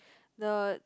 the